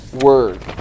word